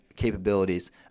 capabilities